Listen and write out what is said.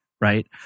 Right